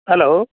hello